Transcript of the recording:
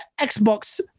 xbox